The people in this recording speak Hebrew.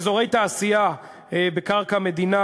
אזורי תעשייה בקרקע מדינה,